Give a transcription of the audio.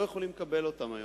לא יכולים לקבל אותם היום.